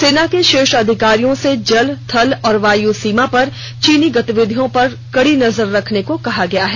सेना के शीर्ष अधिकारियों से जल थल और वायु सीमा पर चीनी गतिवधियों पर कड़ी नजर रखने को कहा गया है